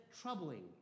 troubling